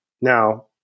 now